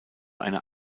einer